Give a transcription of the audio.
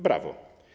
Brawo.